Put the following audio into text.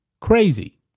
Crazy